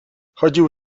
chodził